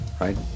right